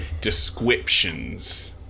descriptions